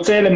נתחיל